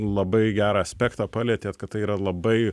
labai gerą aspektą palietėt kad tai yra labai